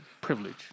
privilege